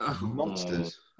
Monsters